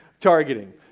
targeting